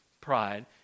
pride